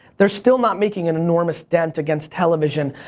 they're still not making an enormous dent against television.